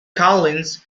collins